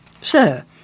Sir